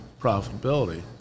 profitability